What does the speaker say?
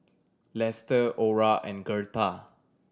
Lester Orah and Gertha